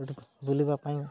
ଗୋଟିଏ ବୁଲିବା ପାଇଁ